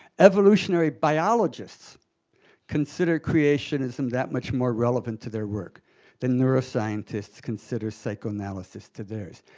evolutionary biologists consider creationism that much more relevant to their work than neuroscientists consider psychoanalysis to theirs.